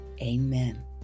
Amen